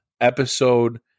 episode